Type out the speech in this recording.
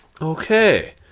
Okay